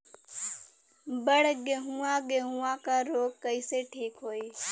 बड गेहूँवा गेहूँवा क रोग कईसे ठीक होई?